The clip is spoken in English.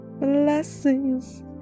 Blessings